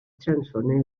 transform